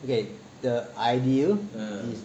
okay the ideal is